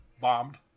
bombed